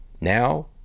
Now